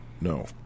No